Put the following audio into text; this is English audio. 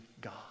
God